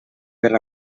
per